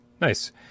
Nice